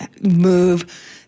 move